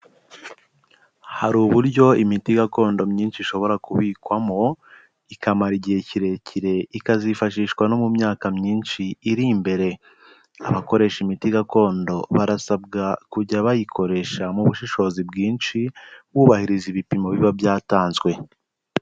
Hari uburyo imiti gakondo myinshi ishobora kubikwamo ikamara igihe kirekire, ikazifashishwa no mu myaka myinshi iri imbere, abakoresha imiti gakondo barasabwa kujya bayikoresha mu bushishozi bwinshi bubahiriza ibipimo biba byatanzwe.